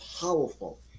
powerful